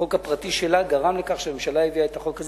החוק הפרטי שלה גרם לכך שהממשלה הביאה את החוק,